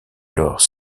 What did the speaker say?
alors